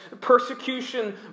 persecution